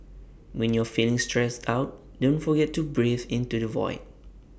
when you are feeling stressed out don't forget to breathe into the void